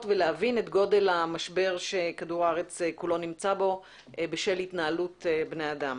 ולהבין את גודל המשבר שכדור הארץ כולו נמצא בו בשל התנהלות בני האדם.